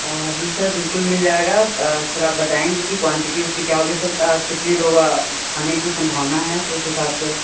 जी sir बिलकुल मिल जाएगा सर आप बताएंगे कि क्वांटिटी उसकी क्या होगी सर कितने लोग आने की संभावना है तो उस हिसाब से